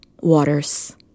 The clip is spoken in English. waters